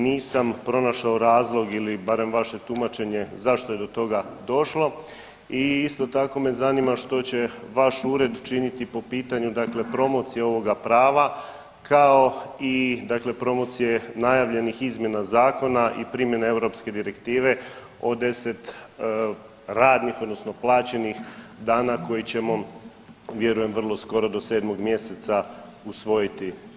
Nisam pronašao razlog ili barem vaše tumačenje zašto je do toga došlo i isto tako me zanima što će vaš ured činiti po pitanju dakle promocije ovoga prava, kao i dakle promocije najavljenih izjava zakona i primjene europske direktive o 10 radnih odnosno plaćenih dana koji ćemo vjerujem vrlo skoro do 7. mjeseca usvojiti.